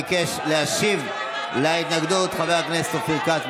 ביקש להשיב על ההתנגדות חבר הכנסת אופיר כץ,